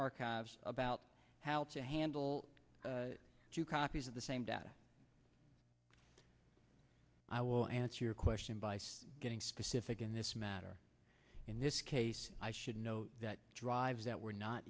archives about how to handle two copies of the same data i will answer your question by getting specific in this matter in this case i should note that drives that were not